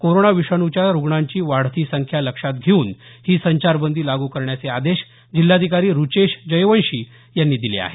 corona विषाणूच्या रुग्णांची वाढती संख्या लक्षात घेऊन ही संचारबंदी लागू करण्याचे आदेश जिल्हाधिकारी रुचेश जयवंशी यांनी दिले आहेत